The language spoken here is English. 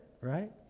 right